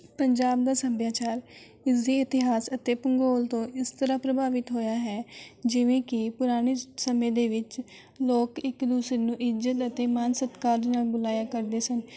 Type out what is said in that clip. ਪੰਜਾਬ ਦਾ ਸੱਭਿਆਚਾਰ ਇਸਦੇ ਇਤਿਹਾਸ ਅਤੇ ਭੂਗੋਲ ਤੋਂ ਇਸ ਤਰ੍ਹਾਂ ਪ੍ਰਭਾਵਿਤ ਹੋਇਆ ਹੈ ਜਿਵੇਂ ਕਿ ਪੁਰਾਣੇ ਸਮੇਂ ਦੇ ਵਿੱਚ ਲੋਕ ਇੱਕ ਦੂਸਰੇ ਨੂੰ ਇੱਜ਼ਤ ਅਤੇ ਮਾਣ ਸਤਿਕਾਰ ਨਾਲ ਬੁਲਾਇਆ ਕਰਦੇ ਸਨ